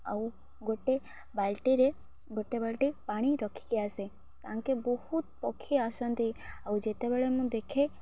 ଆଉ ଗୋଟେ ବାଲ୍ଟିରେ ଗୋଟେ ବାଲ୍ଟି ପାଣି ରଖିକି ଆସେ ତାଙ୍କେ ବହୁତ ପକ୍ଷୀ ଆସନ୍ତି ଆଉ ଯେତେବେଳେ ମୁଁ ଦେଖେ